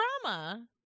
drama